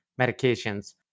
medications